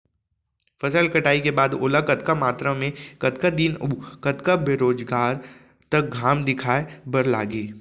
फसल कटाई के बाद ओला कतका मात्रा मे, कतका दिन अऊ कतका बेरोजगार तक घाम दिखाए बर लागही?